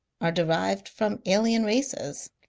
are derived from alien races.